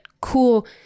cool